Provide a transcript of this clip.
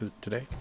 today